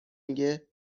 میگه